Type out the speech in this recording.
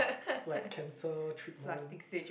like cancer treatment